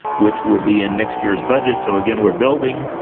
which will be in next year's budget, so, again, we're building